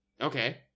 Okay